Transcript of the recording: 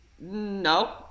No